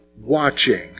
watching